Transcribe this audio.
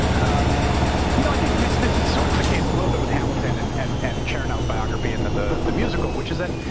um you know i think this this is sort of the case a little bit with hamilton and and and chernow's biography and then the the musical, which is that,